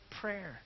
prayer